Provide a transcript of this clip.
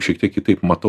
šiek tiek kitaip matau